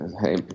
Hey